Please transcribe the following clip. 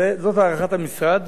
זאת הערכת המשרד.